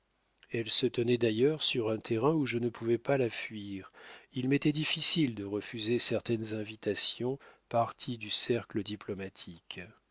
elle se tenait d'ailleurs sur un terrain où je ne pouvais pas la fuir il m'était difficile de refuser certaines invitations parties du cercle diplomatique